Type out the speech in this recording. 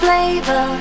Flavor